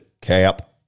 Cap